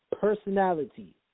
personality